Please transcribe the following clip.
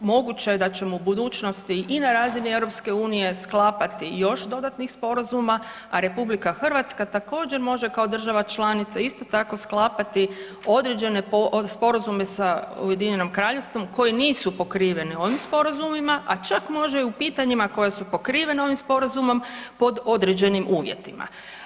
Moguće je da ćemo u budućnosti i na razini EU sklapati još dodatnih sporazuma, a RH također, može kao država članica isto tako sklapati određene sporazume sa UK-om koje nisu pokriveni ovim sporazumima, a čak može i u pitanjima koja su pokrivena ovim sporazumom pod određenim uvjetima.